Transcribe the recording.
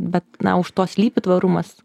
bet na už to slypi tvarumas